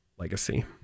Legacy